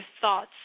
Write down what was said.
thoughts